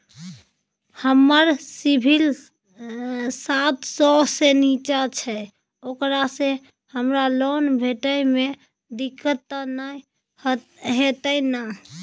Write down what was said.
हमर सिबिल सात सौ से निचा छै ओकरा से हमरा लोन भेटय में दिक्कत त नय अयतै ने?